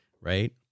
right